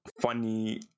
funny